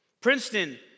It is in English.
Princeton